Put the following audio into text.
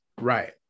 Right